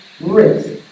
risk